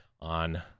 on